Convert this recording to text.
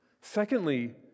Secondly